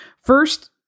first